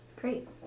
Great